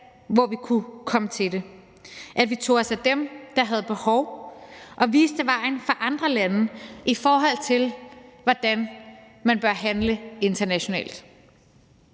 hvor vi kunne komme til det; at vi tog os af dem, der havde behov, og viste vejen for andre lande, i forhold til hvordan man bør handle internationalt.